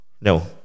No